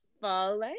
follow